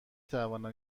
توانم